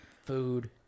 Food